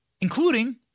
including